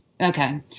Okay